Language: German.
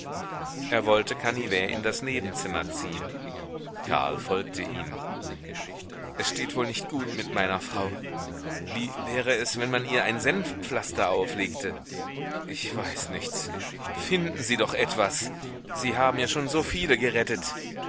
er wollte canivet in das nebenzimmer ziehen karl folgte ihnen es steht wohl nicht gut mit meiner frau wie wär es wenn man ihr ein senfpflaster auflegte ich weiß nichts finden sie doch etwas sie haben ja schon so viele gerettet